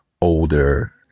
older